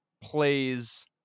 plays